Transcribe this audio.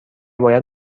باید